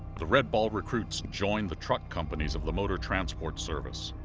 the red ball recruits joined the truck companies of the motor transport service,